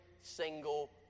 single